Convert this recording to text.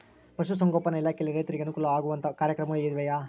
ಪಶುಸಂಗೋಪನಾ ಇಲಾಖೆಯಲ್ಲಿ ರೈತರಿಗೆ ಅನುಕೂಲ ಆಗುವಂತಹ ಕಾರ್ಯಕ್ರಮಗಳು ಇವೆಯಾ?